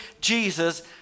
Jesus